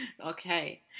okay